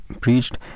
preached